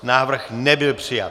Návrh nebyl přijat.